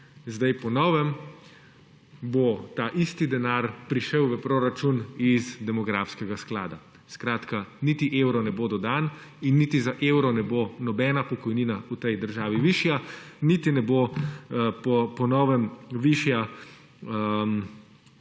Zdaj po novem bo ta isti denar prišel v proračun iz demografskega sklada, skratka niti evro ne bo dodan in niti za evro ne bo nobena pokojnina v tej državi višja niti ne bo po novem višja